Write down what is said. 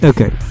Okay